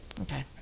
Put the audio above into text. Okay